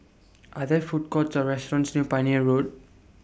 Are There Food Courts Or restaurants near Pioneer Road